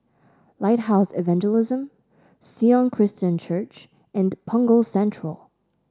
Lighthouse Evangelism Sion Christian Church and Punggol Central